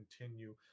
continue